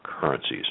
currencies